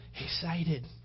excited